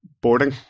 boarding